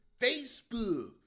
Facebook